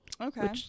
Okay